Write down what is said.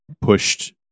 pushed